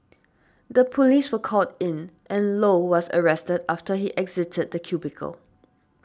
the police were called in and Low was arrested after he exited the cubicle